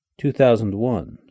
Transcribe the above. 2001